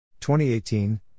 2018